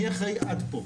מי אחראי עד פה.